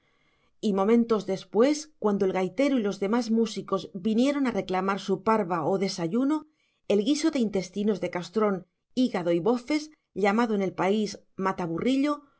y momentos después cuando el gaitero y los demás músicos vinieron a reclamar su parva o desayuno el guiso de intestinos de castrón hígado y bofes llamado en el país